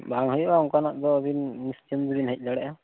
ᱵᱟᱝ ᱦᱩᱭᱩᱜᱼᱟ ᱚᱱᱠᱟᱱᱟᱜ ᱫᱚ ᱟᱹᱵᱤᱱ ᱱᱤᱥᱪᱤᱱᱫᱤ ᱵᱤᱱ ᱦᱮᱡ ᱫᱟᱲᱮᱭᱟᱜᱼᱟ